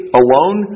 alone